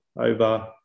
over